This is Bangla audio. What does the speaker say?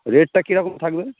রেটটা কীরকম থাকবে